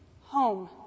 Home